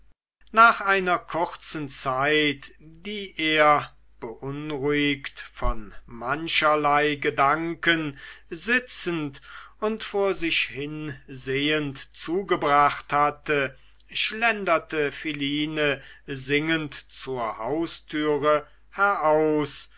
nach einer kurzen zeit die er beunruhigt von mancherlei gedanken sitzend und vor sich hinsehend zugebracht hatte schlenderte philine singend zur haustüre heraus